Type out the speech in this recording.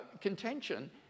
contention